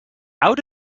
out